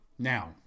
Now